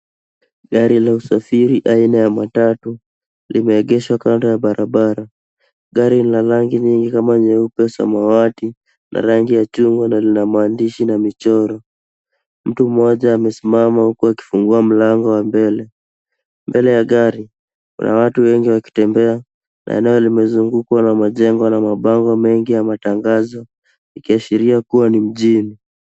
Gari la usafiri aina ya matatu limeegeshwa kando ya barabara. Gari lina rangi nyingi kama nyeupe, samawati na rangi ya chungwa na lina maandishi na michoro. Mtu mmoja amesimama huku akifungua mlango wa mbele. Mbele ya gari, kuna watu wengi wakitembea na eneo limezungukwa na majengo na mabango mengi ya matangazo ikiashiria kuwa ni mjini.